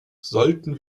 sollten